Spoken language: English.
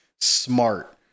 smart